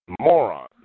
moron